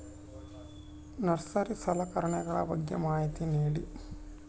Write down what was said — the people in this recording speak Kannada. ನರ್ಸರಿ ಸಲಕರಣೆಗಳ ಬಗ್ಗೆ ಮಾಹಿತಿ ನೇಡಿ?